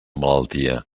malaltia